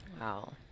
Wow